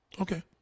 okay